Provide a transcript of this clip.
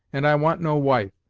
and i want no wife.